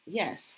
yes